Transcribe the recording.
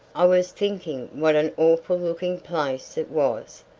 i was thinking what an awful looking place it was,